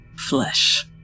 flesh